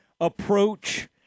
approach